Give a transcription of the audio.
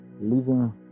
Living